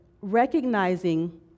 recognizing